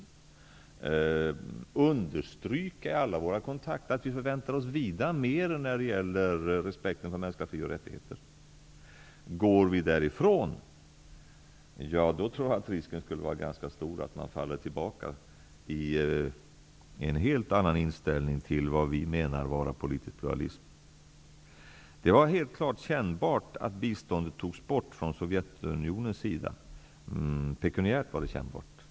Vi kan understryka i alla våra kontakter att vi förväntar oss vida mer när det gäller respekten för mänskliga fri och rättigheter. Går vi därifrån tror jag att risken skulle vara ganska stor att man faller tillbaka i en helt annan inställning till det vi menar med politisk pluralism. Det var helt klart pekuniärt kännbart att Sovjetunionen tog bort sitt bistånd.